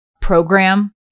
program